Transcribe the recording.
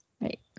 Right